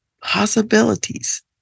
possibilities